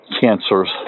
cancers